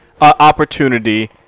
opportunity